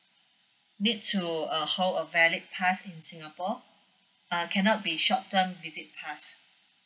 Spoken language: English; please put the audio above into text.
need to uh hold a valid pass in singapore err cannot be short term visit pass